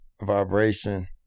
vibration